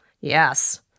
Yes